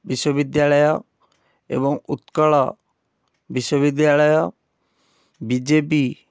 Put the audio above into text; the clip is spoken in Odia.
ବିଶ୍ୱବିଦ୍ୟାଳୟ ଏବଂ ଉତ୍କଳ ବିଶ୍ୱବିଦ୍ୟାଳୟ ବି ଜେ ବି